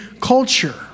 culture